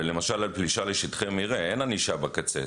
ולמשל על פלישה לשטחי מרעה אין ענישה בקצה,